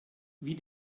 wie